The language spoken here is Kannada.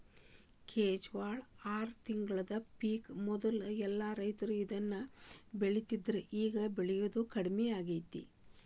ಕೆಂಜ್ವಾಳ ಆರ ತಿಂಗಳದ ಪಿಕ್ ಮೊದ್ಲ ಎಲ್ಲಾ ರೈತರು ಇದ್ನ ಬೆಳಿತಿದ್ರು ಇವಾಗ ಬೆಳಿಯುದು ಕಡ್ಮಿ ಆಗೇತಿ